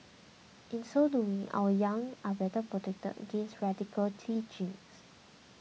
in so doing our young are better protected against radical teachings